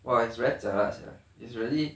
!wah! it's very jialat sia it's really